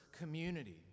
community